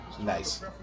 Nice